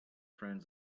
friend